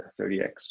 30X